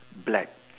black